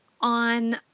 on